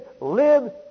live